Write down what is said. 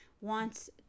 wants